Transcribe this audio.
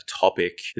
topic